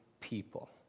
people